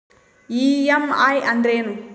EMI ಅಂದ್ರೇನು?